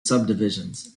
subdivisions